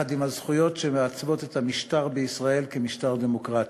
עם הזכויות שמעצבות את המשטר בישראל כמשטר דמוקרטי.